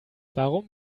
warum